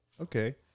Okay